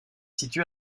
situé